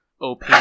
OP